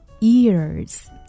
ears